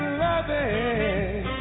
loving